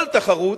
כל תחרות,